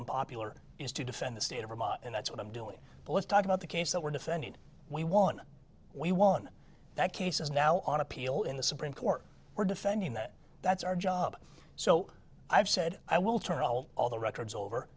unpopular is to defend the state of vermont and that's what i'm doing but let's talk about the case that we're defended we won we won that case is now on appeal in the supreme court we're defending that that's our job so i've said i will turn all all the records over